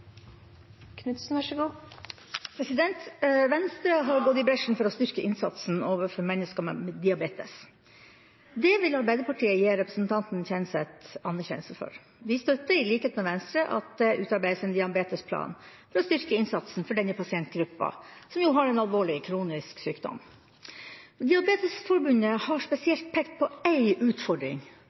følger med så store utfordringer knyttet til å implementere ny teknologi. Venstre vil støtte SVs forslag nr. 35, om å komme tilbake i revidert nasjonalbudsjett og redegjøre om medisinsk forbruksmateriell. Det blir replikkordskifte. Venstre har gått i bresjen for å styrke innsatsen overfor mennesker med diabetes. Det vil Arbeiderpartiet gi representanten Kjenseth anerkjennelse for. Vi støtter, i likhet med Venstre, at det utarbeides en diabetesplan for å styrke innsatsen